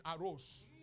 arose